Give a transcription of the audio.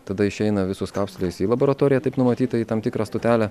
tada išeina visus kapsulės į laboratoriją taip numatyta į tam tikrą stotelę